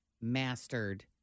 mastered